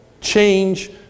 change